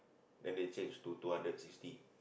then they change to two hundred sixty